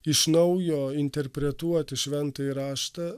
iš naujo interpretuoti šventąjį raštą